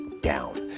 down